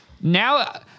Now